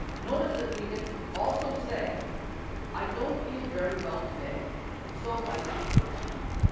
notice that we can also say i don't feel very well today so i didn't go to school.